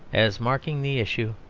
as marking the issue,